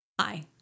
Hi